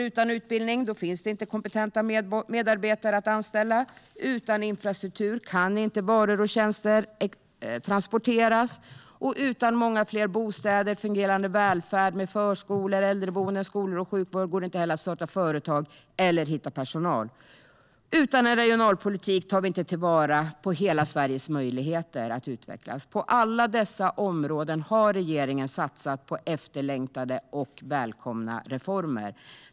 Utan utbildning finns det nämligen inte kompetenta medarbetare att anställa, och utan infrastruktur kan inte varor och tjänster transporteras. Utan många fler bostäder och en fungerande välfärd med förskolor, äldreboenden, skolor och sjukvård går det inte heller att starta företag eller hitta personal. Utan en regionalpolitik tar vi inte till vara hela Sveriges möjligheter att utvecklas. På alla dessa områden har regeringen satsat på efterlängtade och välkomna reformer.